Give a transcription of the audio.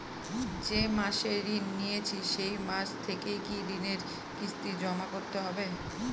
যে মাসে ঋণ নিয়েছি সেই মাস থেকেই কি ঋণের কিস্তি জমা করতে হবে?